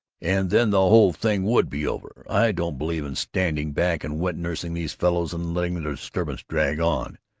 and then the whole thing would be over. i don't believe in standing back and wet-nursing these fellows and letting the disturbances drag on.